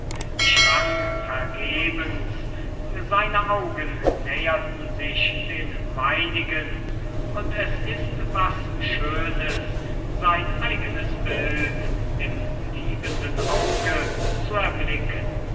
ich rang vergebens seine augen näherten sich den meinigen und es ist was schönes sein eigenes bild im liebenden auge zu erblicken